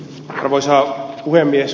arvoisa puhemies